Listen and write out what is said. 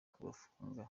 kubafunga